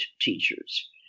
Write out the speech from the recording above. teachers